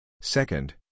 Second